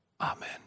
Amen